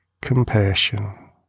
compassion